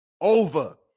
over